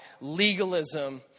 legalism